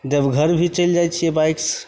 देवघर भी चलि जाइ छिए बाइकसे